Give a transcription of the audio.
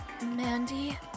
Mandy